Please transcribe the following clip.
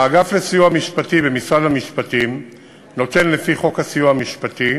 האגף לסיוע משפטי במשרד המשפטים נותן לפי חוק הסיוע המשפטי